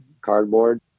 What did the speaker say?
cardboard